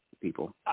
people